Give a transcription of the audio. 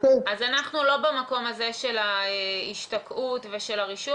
אז אנחנו לא במקום הזה של ההשתקעות ושל הרישום,